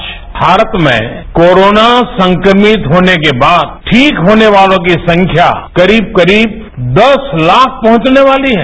आज भारत में कोरोना संक्रमित होने के बाद ठीक होने वालों की संख्या करीब करीब दस लाख पहुंचने वाली है